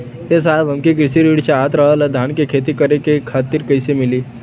ए साहब हमके कृषि ऋण चाहत रहल ह धान क खेती करे खातिर कईसे मीली?